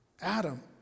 Adam